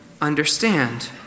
understand